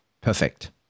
Perfect